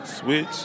Switch